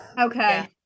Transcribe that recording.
Okay